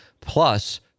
plus